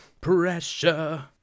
pressure